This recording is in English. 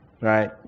right